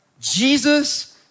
Jesus